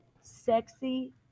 Sexy